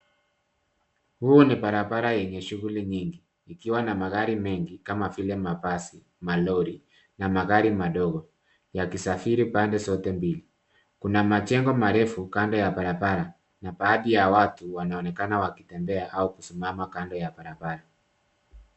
Huu ni barabara yenye shughuli nyingi ikiwa na magari mengi kama vile mabasi, malori na magari madogo yakisafiri pande zote mbili. Kuna majengo marefu kando ya barabara na baadhi ya watu wanaonekana wakisimama au kutembea kando ya barabara.